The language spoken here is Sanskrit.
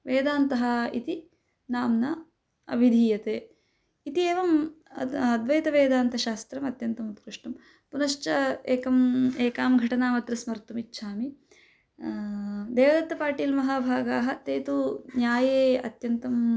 वेदान्तः इति नाम्ना अविधीयते इति एवम् अद्वैतवेदान्तशास्त्रम् अत्यन्तम् उत्कृष्टं पुनश्च एकाम् एकां घटनाम् अत्र स्मर्तुम् इच्छामि देवदत्तपाटील्महाभागाः ते तु न्याये अत्यन्तम्